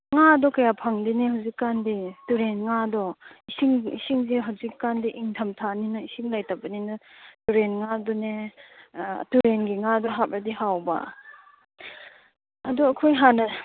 ꯉꯥꯗꯣ ꯀꯌꯥ ꯐꯪꯗꯦꯅꯦ ꯍꯧꯖꯤꯛꯀꯥꯟꯗꯤ ꯇꯨꯔꯦꯟ ꯉꯥꯗꯣ ꯏꯁꯤꯡ ꯏꯁꯤꯡꯁꯤ ꯍꯧꯖꯤꯛꯀꯥꯟꯗꯤ ꯏꯪꯊꯝꯊꯥꯅꯤꯅ ꯏꯁꯤꯡ ꯂꯩꯇꯕꯅꯤꯅ ꯇꯨꯔꯦꯟ ꯉꯥꯗꯨꯅꯦ ꯇꯨꯔꯦꯟꯒꯤ ꯉꯥꯗꯨ ꯍꯥꯞꯂꯗꯤ ꯍꯥꯎꯕ ꯑꯗꯨ ꯑꯩꯈꯣꯏ ꯍꯥꯟꯅ